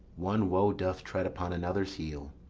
one woe doth tread upon another's heel,